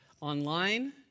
online